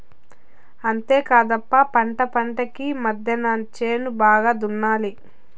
అంతేకాదప్ప పంటకీ పంటకీ మద్దెన చేను బాగా దున్నాలి